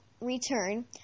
return